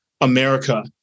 America